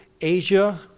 Asia